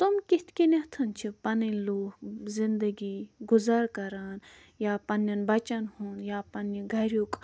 تٕم کِتھ کنیٮٚتھَن چھِ پَنٕنۍ لوٗکھ زِندگی گُزَر کَران یا پَننٮ۪ن بَچَن ہُنٛد یا پَننہِ گَریُک